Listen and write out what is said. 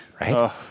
right